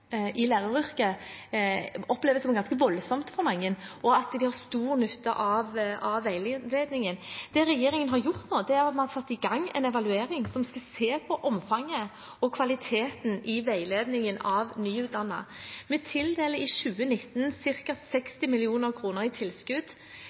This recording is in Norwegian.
i læreryrket oppleves som ganske voldsomt for mange, og at de har stor nytte av veiledningen. Det regjeringen har gjort nå, er at vi har fått i gang en evaluering som skal se på omfanget av og kvaliteten på veiledningen av nyutdannede. Vi tildeler i 2019